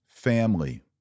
Family